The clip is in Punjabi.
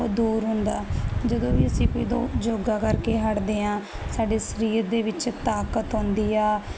ਉਹ ਦੂਰ ਹੁੰਦਾ ਜਦੋਂ ਵੀ ਅਸੀਂ ਕੋਈ ਦੋ ਯੋਗਾ ਕਰਕੇ ਹਟਦੇ ਆਂ ਸਾਡੇ ਸਰੀਰ ਦੇ ਵਿੱਚ ਤਾਕਤ ਆਉਂਦੀ ਆ